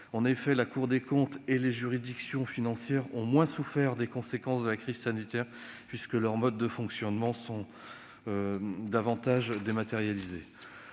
En effet, la Cour des comptes et les juridictions financières ont moins souffert des conséquences de la crise sanitaire, puisque leurs modes de fonctionnement sont davantage dématérialisés.